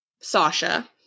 Sasha